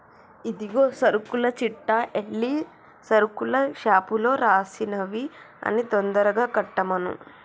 ఇదిగో సరుకుల చిట్టా ఎల్లి సరుకుల షాపులో రాసినవి అన్ని తొందరగా కట్టమను